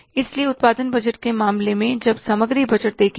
इसलिए उत्पादन बजट के मामले में हम सामग्री बजट देखेंगे